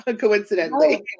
coincidentally